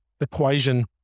equation